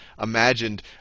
imagined